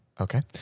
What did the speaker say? Okay